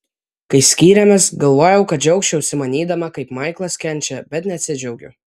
kai skyrėmės galvojau kad džiaugčiausi matydama kaip maiklas kenčia bet nesidžiaugiu